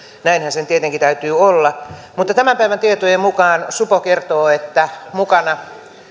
näinhän sen tietenkin täytyy olla niin kun tämän päivän tietojen mukaan supo kertoo että mukana